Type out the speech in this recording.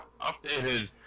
updated